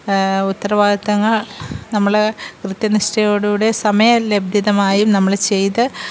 ഉത്തരവാദിത്തങ്ങള് നമ്മൾ കൃത്യനിഷ്ഠയോടുകൂടെ സമയ ലബ്ധിതമായും നമ്മൾ ചെയ്ത്